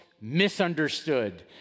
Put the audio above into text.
misunderstood